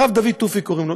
הרב דוד תופיק קוראים לו.